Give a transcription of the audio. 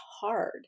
hard